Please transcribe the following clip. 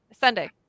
Sunday